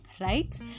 right